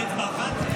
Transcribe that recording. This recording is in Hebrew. על אצבע אחת?